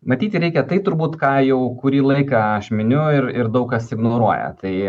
matyti reikia tai turbūt ką jau kurį laiką aš miniu ir ir daug kas ignoruoja tai